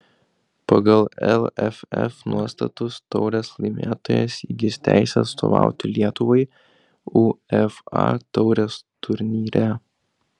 pagal lff nuostatus taurės laimėtojas įgis teisę atstovauti lietuvai uefa taurės turnyre